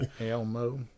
Elmo